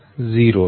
0 છે